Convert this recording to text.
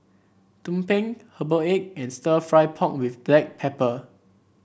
tumpeng Herbal Egg and stir fry pork with Black Pepper